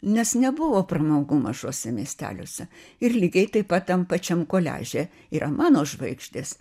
nes nebuvo pramogų mažuose miesteliuose ir lygiai taip pat tam pačiam koliaže yra mano žvaigždės